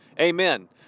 amen